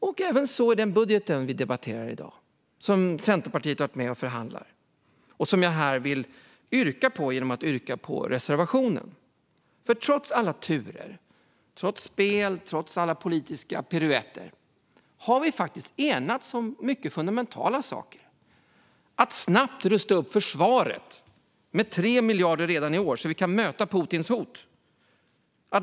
Det gäller ävenså den budget vi debatterar i dag, som Centerpartiet har varit med och förhandlat fram, och jag yrkar här bifall till reservationen. Trots alla turer, trots spel, trots alla politiska piruetter, har vi faktiskt enats om mycket fundamentala saker. Det handlar om att snabbt rusta upp försvaret med 3 miljarder redan i år så att vi kan möta Putins hot.